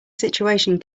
situation